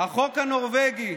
"החוק הנורבגי,